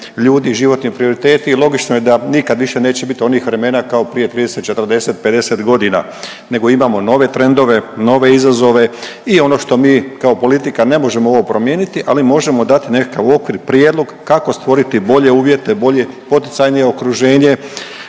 ljudi, životni prioriteti. Logično je da nikad više neće biti onih vremena kao prije 30, 40, 50 godina nego imamo nove trendove, nove izazove i ono što mi kao politika ne možemo ovo promijeniti ali možemo dati nekakav okvirni prijedlog kako stvoriti bolje uvjete, bolje poticajnije okruženje